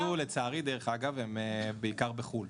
ההנפקות שהתבצעו לצערי דרך אגב, הם בעיקר בחו"ל.